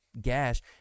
gash